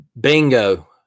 Bingo